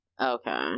Okay